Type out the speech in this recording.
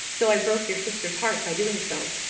though i broke your sister's heart by doing so.